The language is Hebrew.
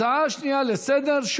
ההצעה השנייה לסדר-היום,